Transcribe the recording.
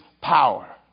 power